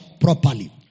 properly